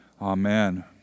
Amen